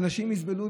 ואנשים יסבלו,